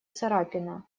царапина